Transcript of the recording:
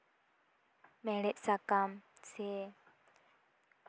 ᱢᱮᱲᱦᱮᱫ ᱥᱟᱠᱟᱢ ᱥᱮ